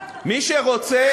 מי שרוצה,